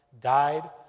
died